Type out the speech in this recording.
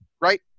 right